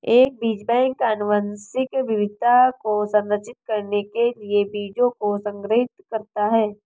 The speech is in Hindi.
एक बीज बैंक आनुवंशिक विविधता को संरक्षित करने के लिए बीजों को संग्रहीत करता है